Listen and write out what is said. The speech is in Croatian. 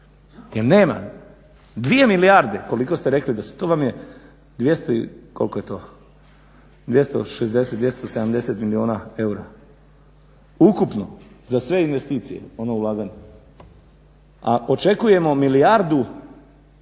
jer nema 2 milijarde koliko ste rekli da se, to vam je 260, 270 milijuna eura ukupno za sve investicije ono ulaganje, a očekujemo milijardu